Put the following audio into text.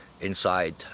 inside